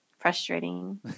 frustrating